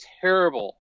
terrible